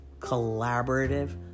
collaborative